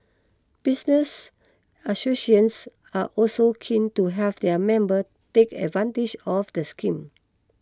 business are also keen to have their members take advantage of the scheme